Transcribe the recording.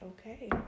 okay